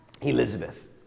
Elizabeth